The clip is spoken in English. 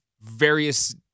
various